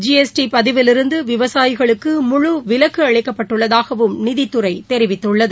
GST பதிவிலிருந்து விவசாயிகளுக்கு முழு விலக்கு அளிக்கப்பட்டுள்ளதாகவும் நிதித்துறை தெரிவித்துள்ளது